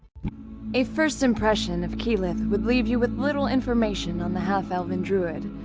a first impression of keyleth would leave you with little information on the half-elven druid.